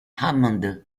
hammond